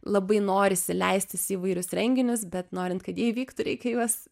labai norisi leistis į įvairius renginius bet norint kad jie įvyktų reikia juos